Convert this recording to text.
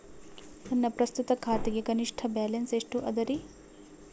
ನನ್ನ ಪ್ರಸ್ತುತ ಖಾತೆಗೆ ಕನಿಷ್ಠ ಬ್ಯಾಲೆನ್ಸ್ ಎಷ್ಟು ಅದರಿ?